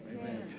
Amen